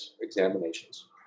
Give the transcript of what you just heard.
examinations